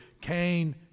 Cain